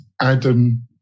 Adam